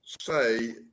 say